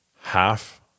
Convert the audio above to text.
half